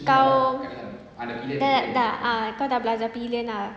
kau dah dah dah ah kau dah belajar pillion ah